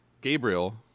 Gabriel